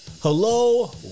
Hello